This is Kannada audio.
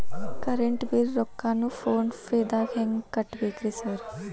ಕರೆಂಟ್ ಬಿಲ್ ರೊಕ್ಕಾನ ಫೋನ್ ಪೇದಾಗ ಹೆಂಗ್ ಕಟ್ಟಬೇಕ್ರಿ ಸರ್?